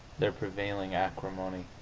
their prevailing acrimony.